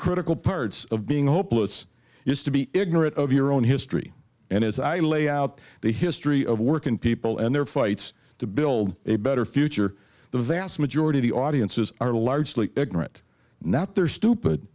critical parts of being hopeless used to be ignorant of your own history and as i lay out the history of working people and their fights to build a better future the vast majority of the audiences are largely ignorant not they're stupid